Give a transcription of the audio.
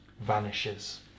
vanishes